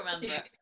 remember